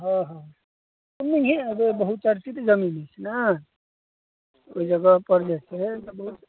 हँ हँ ओनहियें अबय बहुचर्चित जमीन अछिने ओइ जगहपर जे छै से बहुत